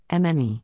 MME